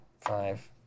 five